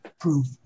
Proof